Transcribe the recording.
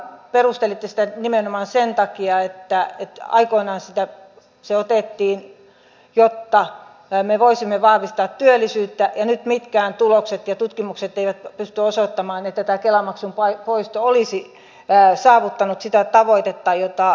perustelitte sitä nimenomaan sillä että aikoinaan se otettiin jotta me voisimme vahvistaa työllisyyttä ja nyt mitkään tulokset ja tutkimukset eivät pysty osoittamaan että tämä kela maksun poisto olisi saavuttanut sitä tavoitetta jota haettiin